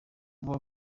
avuga